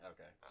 Okay